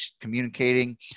communicating